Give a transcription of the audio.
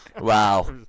Wow